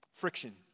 Friction